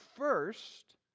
First